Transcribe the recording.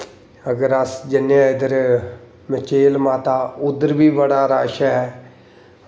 अगर अस जन्ने आं इद्धर मचेल माता उद्धर बी बड़ा रश ऐ